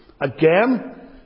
Again